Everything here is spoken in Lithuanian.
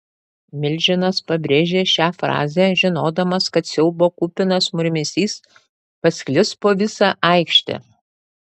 milžinas pabrėžė šią frazę žinodamas kad siaubo kupinas murmesys pasklis po visą aikštę